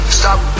stop